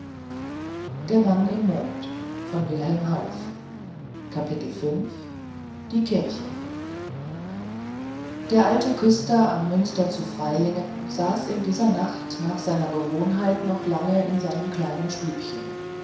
die kirche der alte küster am münster zu freilingen saß in dieser nacht nach seiner gewohnheit noch lange in seinem kleinen stübchen